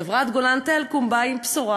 חברת "גולן טלקום" באה עם בשורה,